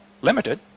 limited